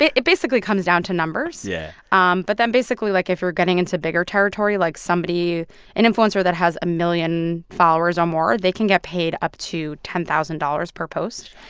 it it basically comes down to numbers yeah um but then basically, like, if we're getting into bigger territory, like, somebody an influencer that has a million followers or more, they can get paid up to ten thousand dollars per post,